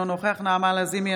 אינו נוכח נעמה לזימי,